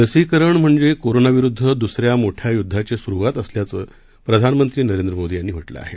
लसीकरण म्हणजे कोरोनाविरुद्ध दुसऱ्या मोठ्या युद्धाची सुरुवात असल्याचं प्रधानमंत्री नरेंद्र मोदी यांनी म्हटलं आहे